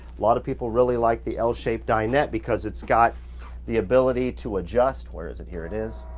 lot of people really like the l-shaped dinette because it's got the ability to adjust, where is it, here it is.